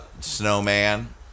snowman